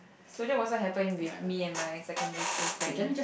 so that was what happened with me and my secondary school friend